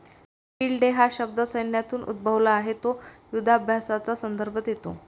field day हा शब्द सैन्यातून उद्भवला आहे तो युधाभ्यासाचा संदर्भ देतो